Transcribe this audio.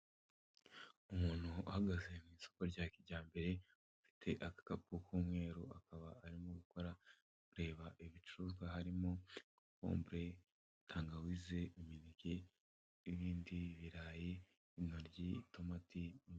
Umuntu uhagaze mu isoko rya kijyambere ufite akapu k'umweru akaba arimo gukora kurereba ibicuruzwa harimo kokombure, tangawize, imineke, n'ibindi birarayi intoryi itomato.